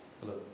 hello